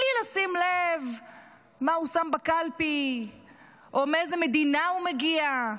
בלי לשים לב מה הוא שם בקלפי או מאיזו מדינה הוא מגיע,